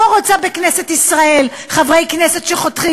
לא רוצה בכנסת ישראל חברי כנסת שחותרים